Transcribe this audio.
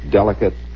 delicate